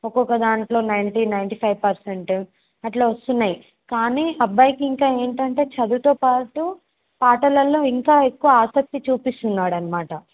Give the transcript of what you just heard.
ఒక్కొక్క దాంట్లో ninety ninety five percent అట్లా వస్తున్నాయి కానీ అబ్బాయికి ఇంకా ఏంటంటే చదువుతో పాటు పాటలలో ఇంకా ఎక్కువ ఆసక్తి చూపిస్తున్నాడు అన్నమాట